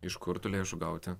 iš kur tų lėšų gauti